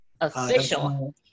Official